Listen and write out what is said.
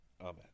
Amen